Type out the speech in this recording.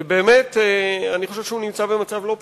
באמת, אני חושב שהוא נמצא במצב לא פשוט,